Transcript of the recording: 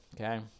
Okay